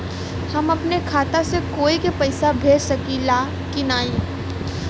हम अपने खाता से कोई के पैसा भेज सकी ला की ना?